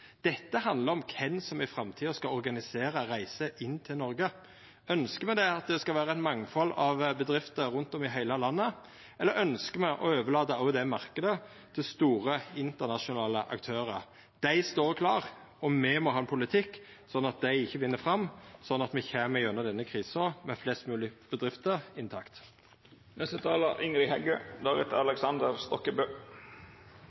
Dette handlar om kven som i framtida skal organisera reiser inn til Noreg. Ønskjer me at det skal vera eit mangfald av bedrifter rundt om i heile landet, eller ønskjer me å overlata òg den marknaden til store internasjonale aktørar? Dei står klare, og me må ha ein politikk sånn at dei ikkje vinn fram, sånn at me kjem gjennom denne krisa med flest mogleg bedrifter